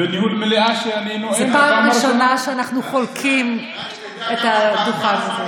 זו פעם ראשונה שאנחנו חולקים את הבמה הזאת.